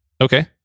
Okay